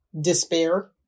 despair